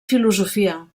filosofia